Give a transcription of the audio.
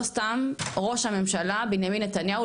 לא סתם ראש הממשלה בנימין נתניהו,